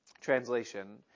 translation